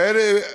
ואיילת,